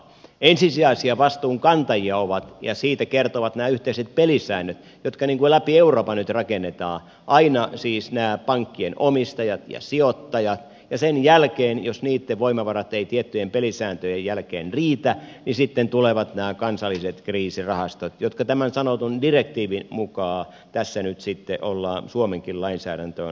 ensisijaisia vastuunkantajia ovat ja siitä kertovat nämä yhteiset pelisäännöt jotka läpi euroopan nyt rakennetaan aina siis nämä pankkien omistajat ja sijoittajat ja sen jälkeen jos niitten voimavarat eivät tiettyjen pelisääntöjen jälkeen riitä sitten tulevat nämä kansalliset kriisirahastot jotka tämän sanotun direktiivin mukaan tässä nyt sitten ollaan suomenkin lainsäädäntöön ottamassa